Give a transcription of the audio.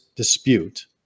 dispute